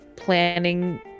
planning